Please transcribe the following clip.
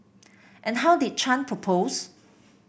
and how did Chan propose